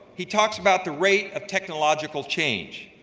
he talks about the rate of technological change,